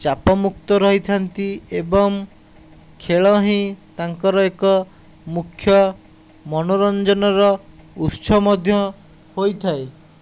ଚାପ ମୁକ୍ତ ରହିଥାନ୍ତି ଏବଂ ଖେଳ ହିଁ ତାଙ୍କର ଏକ ମୁଖ୍ୟ ମନୋରଞ୍ଜନର ଉତ୍ସ ମଧ୍ୟ ହୋଇଥାଏ